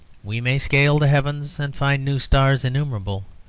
we may scale the heavens and find new stars innumerable,